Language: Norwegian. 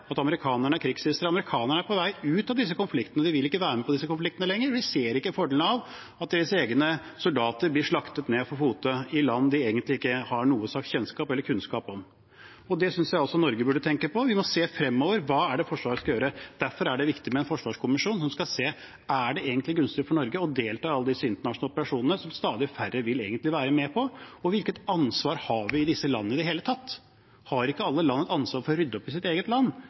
at amerikanerne er krigshissere, er amerikanerne på vei ut av disse konfliktene. De vil ikke være med på disse konfliktene lenger, de ser ikke fordelene ved at deres egne soldater blir slaktet ned for fote i land de egentlig ikke har noen slags kjennskap til eller kunnskap om. Det synes jeg at også Norge burde tenke på. Vi må se fremover – hva er det Forsvaret skal gjøre? Derfor er det viktig med en forsvarskommisjon som skal se om det egentlig er gunstig for Norge å delta i alle disse internasjonale operasjonene, som stadig færre vil være med på. Hvilket ansvar har vi i disse landene i det hele tatt? Har ikke alle land et ansvar for å rydde opp i sitt eget land?